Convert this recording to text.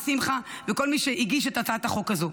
שמחה וכל מי שהגיש את הצעת החוק הזו.